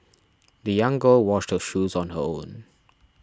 the young girl washed shoes on her own